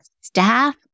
staff